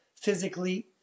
physically